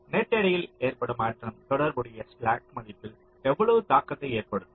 net எடையில் ஏற்படும் மாற்றம் தொடர்புடைய ஸ்லாக் மதிப்பில் எவ்வளவு தாக்கத்தை ஏற்படுத்தும்